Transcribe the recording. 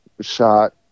shot